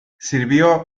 sirvió